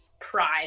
pride